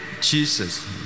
Jesus